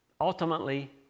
Ultimately